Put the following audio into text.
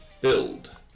Build